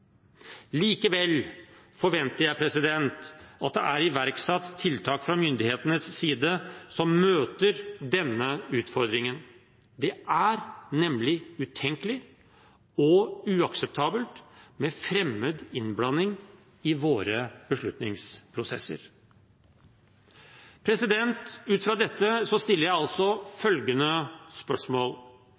Likevel forventer jeg at det er iverksatt tiltak fra myndighetenes side som møter denne utfordringen. Det er nemlig utenkelig og uakseptabelt med fremmed innblanding i våre beslutningsprosesser. Ut fra dette stiller jeg følgende spørsmål: